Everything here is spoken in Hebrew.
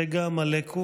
חברת הכנסת צגה מלקו?